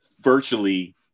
virtually